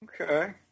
Okay